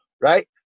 Right